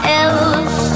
else